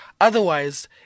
Otherwise